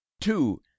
two